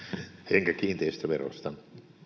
enkä kiinteistöverosta